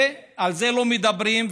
על זה לא מדברים.